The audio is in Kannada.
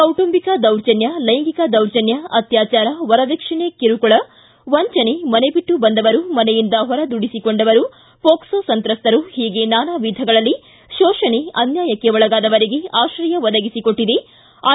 ಕೌಟುಂಬಿಕ ದೌರ್ಜನ್ಯ ಲೈಂಗಿಕ ದೌರ್ಜನ್ಯ ಅತ್ಕಾಚಾರ ವರದಕ್ಷಿಣೆ ಕಿರುಕುಳ ವಂಚನೆ ಮನೆ ಬಿಟ್ಟು ಬಂದವರು ಮನೆಯಿಂದ ಹೊರ ದೂಡಿಸಿಕೊಂಡವರು ಪೋಕ್ಸೊ ಸಂತ್ರಸ್ತರು ಒೀಗೆ ನಾನಾ ವಿಧಗಳಲ್ಲಿ ಶೋಷಣೆ ಅನ್ನಾಯಕ್ಕೆ ಒಳಗಾದವರಿಗೆ ಆಶ್ರಯ ಒದಗಿಸಿಕೊಟ್ಟಿದೆ ಐ